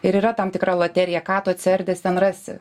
ir yra tam tikra loterija ką tu atsiardęs ten rasi